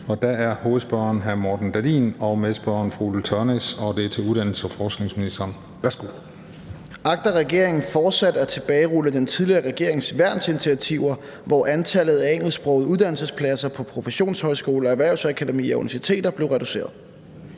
og forskningsministeren af: Morten Dahlin (V) (medspørger: Ulla Tørnæs (V)): Agter regeringen fortsat at tilbagerulle den tidligere regerings værnsinitiativer, hvor antallet af engelsksprogede uddannelsespladser på professionshøjskoler, erhvervsakademier og universiteter blev reduceret?